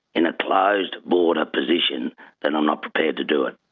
in a closed border position then i'm not prepared to do it.